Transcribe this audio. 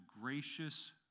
gracious